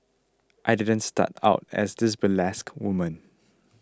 I didn't start out as this burlesque woman